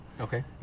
okay